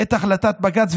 את החלטת בג"ץ,